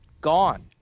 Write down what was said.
gone